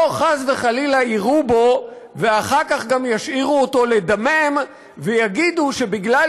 שלא חס וחלילה יירו בו ואחר כך גם ישאירו אותו לדמם ויגידו שבגלל